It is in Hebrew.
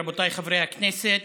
רבותיי חברי הכנסת,